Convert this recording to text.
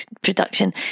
production